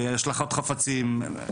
השלכות חפצים.